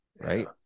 right